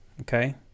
okay